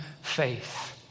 faith